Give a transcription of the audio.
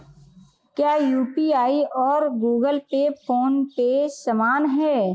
क्या यू.पी.आई और Google Pay PhonePe समान हैं?